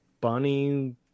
bunny